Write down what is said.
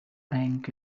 bank